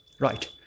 right